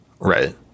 Right